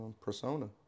Persona